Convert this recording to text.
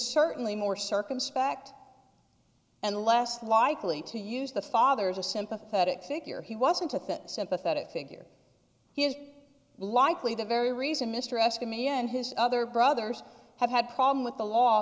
certainly more circumspect and less likely to use the father's a sympathetic figure he wasn't at that sympathetic figure he is likely the very reason mr asked me and his other brothers have had problem with the law